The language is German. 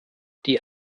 die